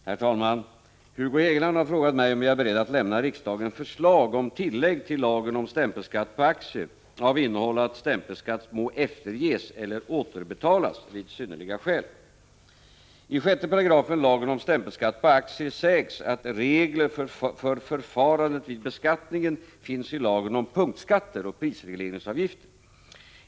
Herr talman! Hugo Hegeland har frågat mig om jag är beredd att lämna riksdagen förslag om tillägg till lagen om stämpelskatt på aktier av innehåll att stämpelskatt må efterges eller återbetalas vid synnerliga skäl. I 6 § lagen om stämpelskatt på aktier sägs att regler för förfarandet vid beskattningen finns i lagen om punktskatter och prisregleringsavgifter.